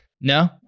No